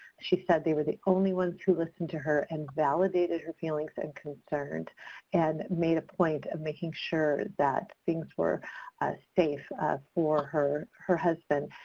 she said they were the only ones who listened to her and validated her feelings and concerns and made a point of making sure that things were safe for her her husband.